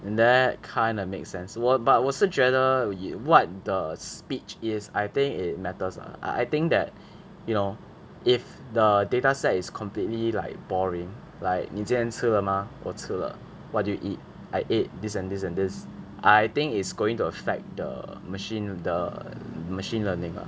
that kind of make sense 我 but 我是觉得 what the speech is I think it matters lah I think that you know if the data set is completely like boring like 你今天吃了吗我吃了 what did you eat I ate this and this and this I think it's going to affect the machine with the machine learning lah